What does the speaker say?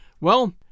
Well